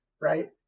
right